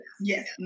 Yes